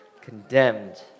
condemned